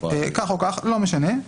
--- כך או כך, לא משנה.